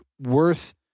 worth